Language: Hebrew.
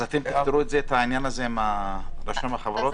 אתם תפתרו את העניין הזה עם רשם החברות?